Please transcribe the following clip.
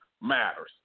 matters